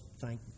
thank